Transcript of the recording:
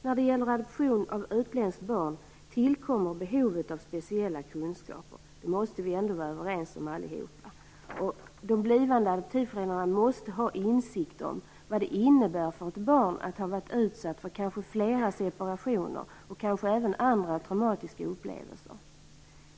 När det gäller adoption av ett utländskt barn tillkommer behovet av speciella kunskaper. Det måste vi alla ändå vara överens om. De blivande adoptivföräldrarna måste ha insikt om vad det innebär för ett barn att ha varit utsatt för kanske flera separationer och kanske även andra traumatiska upplevelser.